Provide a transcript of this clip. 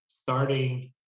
starting